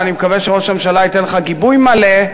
ואני מקווה שראש הממשלה ייתן לך גיבוי מלא,